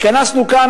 התכנסנו כאן,